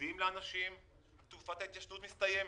מודיעים לאנשים שתקופת ההתיישנות מסתיימת,